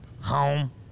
home